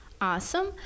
Awesome